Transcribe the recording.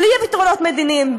בלי פתרונות מדיניים,